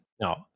No